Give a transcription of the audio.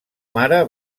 mare